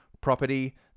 property